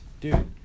dude